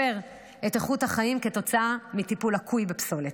את איכות החיים כתוצאה מטיפול לקוי בפסולת.